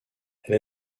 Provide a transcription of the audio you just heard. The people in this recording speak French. elle